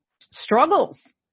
struggles